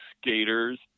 skaters